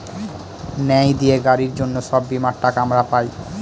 ন্যায় দিয়ে গাড়ির জন্য সব বীমার টাকা আমরা পাই